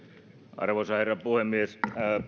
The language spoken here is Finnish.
arvoisa herra puhemies